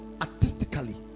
artistically